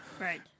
Right